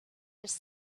just